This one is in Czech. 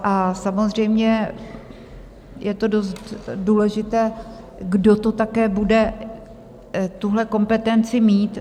A samozřejmě je to dost důležité kdo také bude tuhle kompetenci mít?